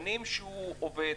שנים שהוא עובד,